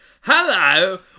Hello